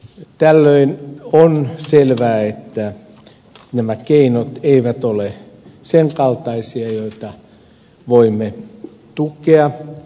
tällöin on selvää että nämä keinot eivät ole sen kaltaisia että voimme niitä tukea